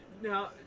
Now